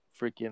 freaking